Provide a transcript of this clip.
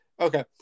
okay